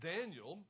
Daniel